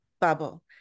bubble